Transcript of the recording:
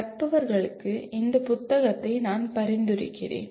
கற்பவர்களுக்கு இந்த புத்தகத்தை நான் பரிந்துரைக்கிறேன்